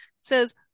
says